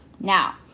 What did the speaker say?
Now